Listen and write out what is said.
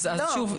לא.